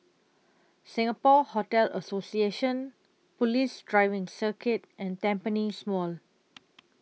Singapore Hotel Association Police Driving Circuit and Tampines Mall